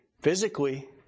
physically